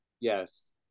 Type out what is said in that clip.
Yes